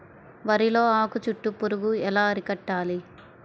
వరిలో ఆకు చుట్టూ పురుగు ఎలా అరికట్టాలి?